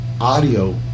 audio